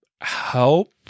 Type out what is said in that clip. help